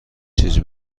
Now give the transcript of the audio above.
چیزی